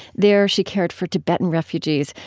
there, she cared for tibetan refugees,